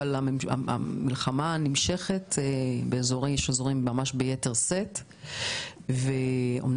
המלחמה נמשכת באזורים מסוימים אף ביתר שאת.